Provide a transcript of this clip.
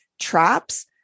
traps